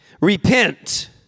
repent